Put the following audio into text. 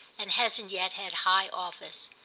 and hasn't yet had high office.